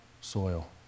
soil